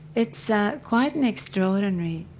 it's ah quite an extraordinary